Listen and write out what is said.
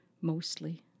mostly